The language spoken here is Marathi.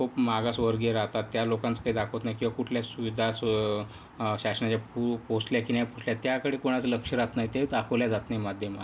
खूप मागासवर्गीय राहतात त्या लोकांचं काही दाखवत नाही किंवा कुठल्या सुविधा शासनाच्या पोचल्या की नाही त्याकडे कोणाचं लक्ष राहत नाही ते दाखवल्या जात नाही माध्यमात